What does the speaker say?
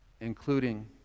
Including